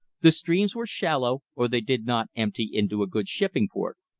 the streams were shallow, or they did not empty into a good shipping port.